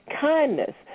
kindness